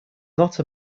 not